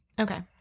Okay